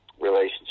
relationship